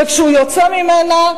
וכשהוא יוצא ממנה,